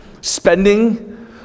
spending